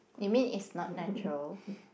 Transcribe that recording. you mean it's not natural